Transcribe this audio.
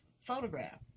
photograph